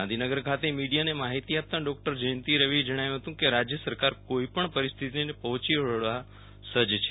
ગાંધીનગર ખાતે મીડીયાને માહિતી આપતા ડોકટર જયંતિ રવિએ જણાવ્યુ હતું કે રાશ્ય સરકાર કોઇપણ પરિસ્થિતિને પહોંચી વળવા સજ્જ છે